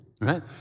right